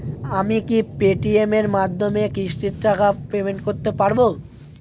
আমি কি Paytm এর মাধ্যমে কিস্তির টাকা পেমেন্ট করতে পারব?